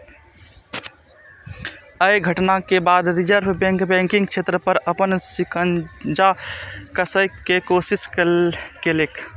अय घटना के बाद रिजर्व बैंक बैंकिंग क्षेत्र पर अपन शिकंजा कसै के कोशिश केलकै